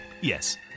yes